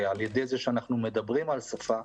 על ידי זה שאנחנו מדברים על שפה,